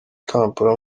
kampala